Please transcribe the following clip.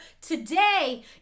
today